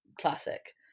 classic